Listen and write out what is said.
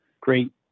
great